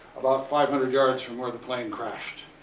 about five hundred yards from where the plane crashed.